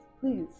please